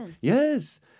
Yes